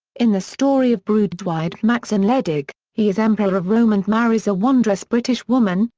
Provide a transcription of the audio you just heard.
in the story of breuddwyd macsen wledig, he is emperor of rome and marries a wondrous british woman,